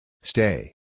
Stay